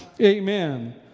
Amen